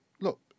look